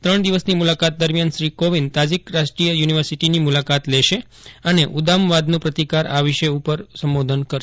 ત્રણ દિવસની મુલાકાત દરમિયાન શ્રી કોવિંદ તાઝીક રાષ્ટ્રીય યુનિવર્સિટીની મુલાકાત લેશે અને ઉદામવાદનો પ્રતિકાર આ વિશે ઉપર સંબોધન કરશે